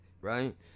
right